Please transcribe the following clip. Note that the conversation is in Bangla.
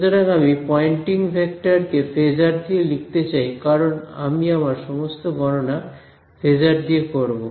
সুতরাং আমি পয়েন্টিং ভেক্টর কে ফেজার দিয়ে লিখতে চাই কারণ আমি আমার সমস্ত গণনা ফেজার দিয়ে করব